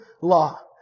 law